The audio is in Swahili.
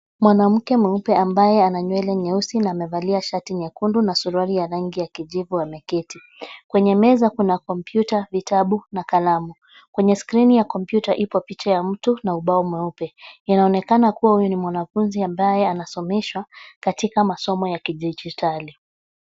Mwanamke mweupe ambaye ana nywele nyeusi,. Na amevalia shati nyekundu na suruali ya rangi ya kijivu ameketi. Kwenye meza kuna kompyuta ,vitabu na kalamu. Kwenye skrini ya kompyuta ipo picha ya mtu na ubao mweupe. Inaonekana kuwa huyo ni mwanafunzi ambaye anasomeshwa katika masomo ya kidijitali.